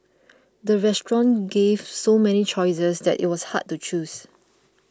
the restaurant gave so many choices that it was hard to choose